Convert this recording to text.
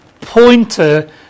pointer